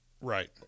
Right